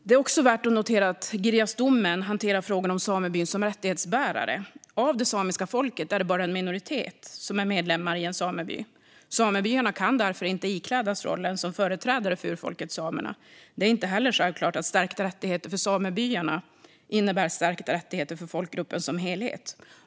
Det är också värt att notera att Girjasdomen hanterar frågan om samebyn som rättighetsbärare. Men av det samiska folket är bara en minoritet medlemmar i en sameby. Samebyarna kan därför inte iklädas rollen som företrädare för urfolket samerna. Det är inte heller självklart att stärkta rättigheter för samebyarna innebär stärkta rättigheter för folkgruppen som helhet.